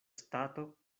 stato